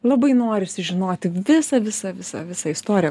labai norisi žinoti visą visą visą visą istoriją